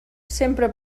sempre